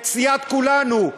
את סיעת כולנו,